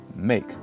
Make